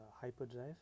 Hyperdrive